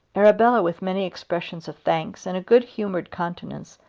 arabella, with many expressions of thanks and a good-humoured countenance,